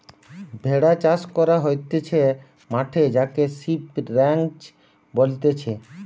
ভেড়া চাষ করা হতিছে মাঠে যাকে সিপ রাঞ্চ বলতিছে